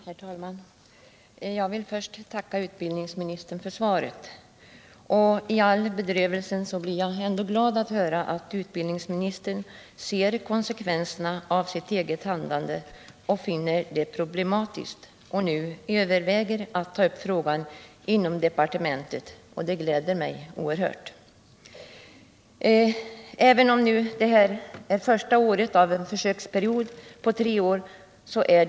Herr talman! Jag vill först tacka utbildningsministern för svaret. I all bedrövelsen blir jag ändå glad att höra att utbildningsministern ser konsekvenserna av sitt eget handlande, och finner det så problematiskt så han nu överväger att ta upp frågan inom departementet. Det gläder mig oerhört. Detta är första året av en försöksperiod på tre år.